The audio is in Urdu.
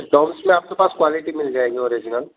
ڈاممس میں آپ کے پاس کوالٹی مل جائے گی اوریجنل